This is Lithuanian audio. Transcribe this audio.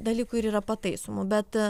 dalykų ir yra pataisomų bet